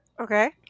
okay